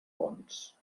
bons